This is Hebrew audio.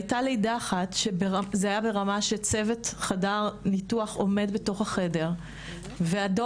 הייתה לידה ברמה שצוות חדר ניתוח עומד בתוך החדר ואן